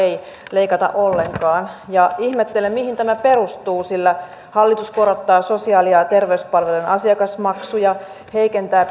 leikata ollenkaan ja ihmettelen mihin tämä perustuu sillä hallitus korottaa sosiaali ja terveyspalvelujen asiakasmaksuja heikentää